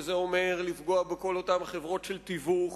וזה אומר לפגוע בכל אותן חברות של תיווך,